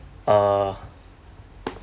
uh